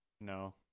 no